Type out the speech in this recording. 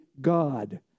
God